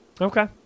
Okay